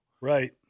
Right